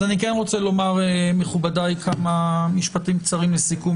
אני רוצה לומר כמה משפטים קצרים לסיכום,